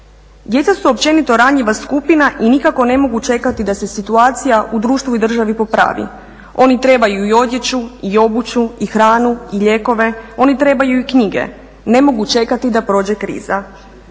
Djeca su općenito ranjiva skupina i nikako ne mogu čekati da se situacija u društvu i državi popravi. Oni trebaju i odjeću i obuću i hranu i lijekove, oni trebaju i knjige, ne mogu čekati da prođe kriza.